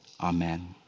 amen